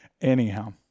Anyhow